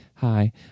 Hi